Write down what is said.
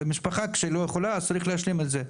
ומשפחה, כשלא יכולה, אז צריך להשלים את זה.